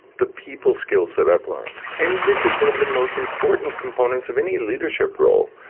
the people skills that i've learned. and this is one of the most important components of any leadership role,